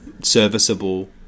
serviceable